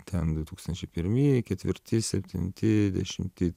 ten du tūkstančiai pirmi ketvirti septinti dešimti